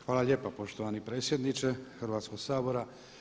Hvala lijepa poštovani predsjedniče Hrvatskog sabora.